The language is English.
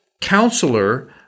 Counselor